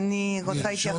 מי ראשון?